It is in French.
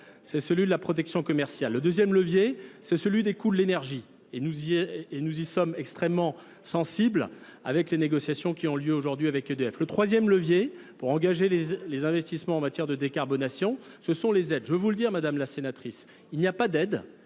C'est celui de la protection commerciale. Le deuxième levier, c'est celui des coûts de l'énergie. Et nous y sommes extrêmement sensibles. avec les négociations qui ont lieu aujourd'hui avec EDF. Le troisième levier pour engager les investissements en matière de décarbonation, ce sont les aides. Je veux vous le dire madame la sénatrice, il n'y a pas d'aide